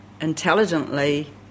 intelligently